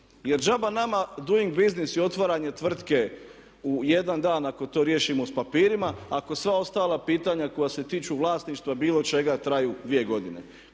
Jer džaba nama doing business i otvaranje tvrtke u jedan dan i ako to riješimo s papirima ako sva ostala pitanja koja se tiču vlasništva bilo čega traju 2 godine.